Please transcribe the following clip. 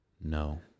No